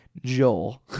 Joel